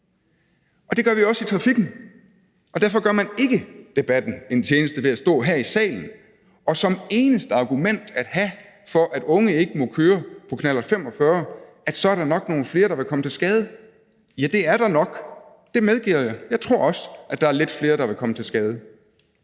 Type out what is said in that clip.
Det gør vi også i trafikken, og derfor gør man ikke debatten en tjeneste ved at stå her i salen og have som det eneste argument for, at unge ikke må køre knallert 45, at så er der nok nogle flere, der vil komme til skade. Ja, det er der nok – det medgiver jeg. Jeg tror også, at der er lidt flere, der vil komme til skade.